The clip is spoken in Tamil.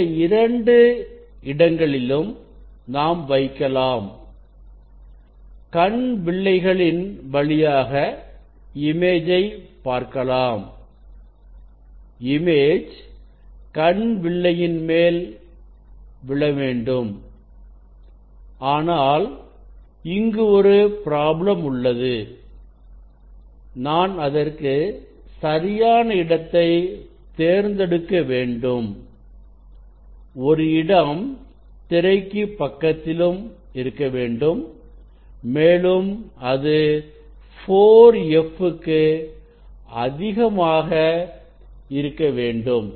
இந்த இரண்டு இடங்களிலும் நாம் வைக்கலாம் கண் வில்லைகளின் வழியாக இமேஜை பார்க்கலாம் இமேஜ் கண் வில்லையின் மேல் பெறவேண்டும் ஆனால் இங்கு ஒரு பிராப்ளம் உள்ளது நான் அதற்கு சரியான இடத்தை தேர்ந்தெடுக்க வேண்டும் ஒரு இடம் திரைக்கு பக்கத்திலும் இருக்க வேண்டும் மேலும் அது 4f க்கு அதிகமாக இருக்க வேண்டும்